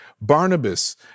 Barnabas